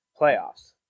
playoffs